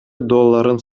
долларын